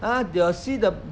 !huh! they'll see the